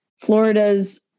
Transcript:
Florida's